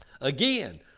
again